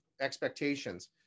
expectations